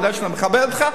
אתה יודע שאני מכבד אותך,